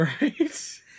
Right